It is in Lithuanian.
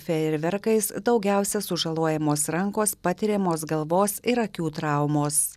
fejerverkais daugiausia sužalojamos rankos patiriamos galvos ir akių traumos